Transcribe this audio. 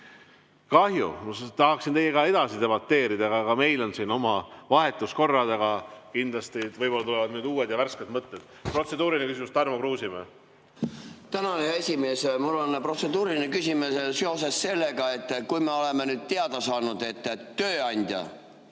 Kahju, ma tahaksin teiega edasi debateerida, aga meil on siin oma vahetuskorrad. Võib-olla tulevad nüüd uued ja värsked mõtted. Protseduuriline küsimus, Tarmo Kruusimäe, palun! Tänan, hea esimees! Mul on protseduuriline küsimus seoses sellega, et kui me oleme nüüd teada saanud, et tööandjal